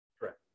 Correct